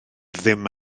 ddim